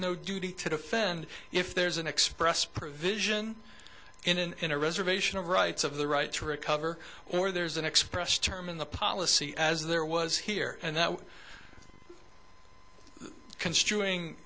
no duty to defend if there's an express provision in a reservation or rights of the right to recover or there's an expressed term in the policy as there was here and that construing